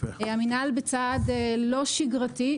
המינהל בצעד לא שגרתי,